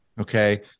Okay